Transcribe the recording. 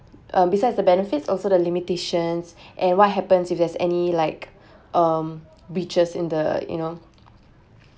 uh besides the benefits also the limitations and what happens if there is any like um breaches in the you know